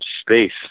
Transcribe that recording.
space